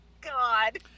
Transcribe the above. God